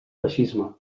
feixisme